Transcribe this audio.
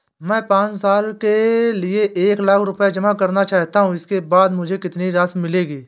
मैं पाँच साल के लिए एक लाख रूपए जमा करना चाहता हूँ इसके बाद मुझे कितनी राशि मिलेगी?